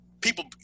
people